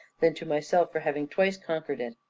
than to myself for having twice conquered it.